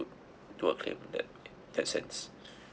do a claims in that that sense